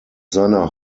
seiner